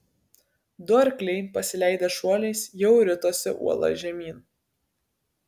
du arkliai pasileidę šuoliais jau ritosi uola žemyn